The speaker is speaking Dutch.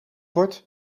wordt